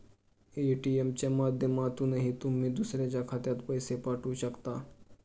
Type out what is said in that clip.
ATM च्या माध्यमातूनही तुम्ही दुसऱ्याच्या खात्यात पैसे पाठवू शकता